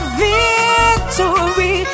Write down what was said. victory